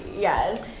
Yes